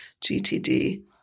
GTD